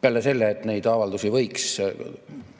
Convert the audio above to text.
peale selle, et neid avaldusi võiks